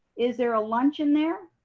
is there a lunch in there,